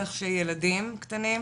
ובטח שילדים קטנים,